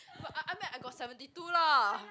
but I I mean I got seventy two lah